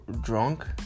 drunk